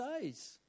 days